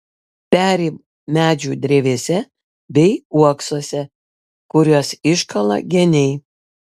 peri medžių drevėse bei uoksuose kuriuos iškala geniai